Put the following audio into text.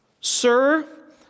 Sir